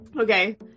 Okay